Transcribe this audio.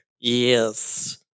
Yes